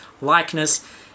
likeness